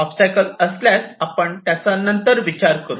obstacles असल्यास त्यांचा आपण नंतर विचार करु